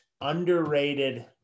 underrated